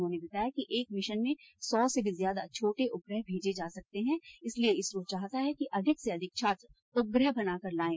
उन्होंने बताया कि एक मैशन में सौ से भी ज्यादा छोटे उपग्रह भेजे जा सकते हैं इसलिए इसरो चाहता है कि अधिक से अधिक छात्र उपग्रह बनाकर लायें